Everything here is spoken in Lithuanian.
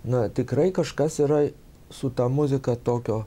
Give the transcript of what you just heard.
na tikrai kažkas yra su ta muzika tokio